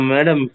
Madam